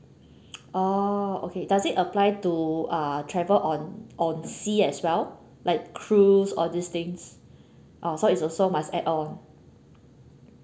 oh okay does it apply to uh travel on on sea as well like cruise all this things oh so is also must add on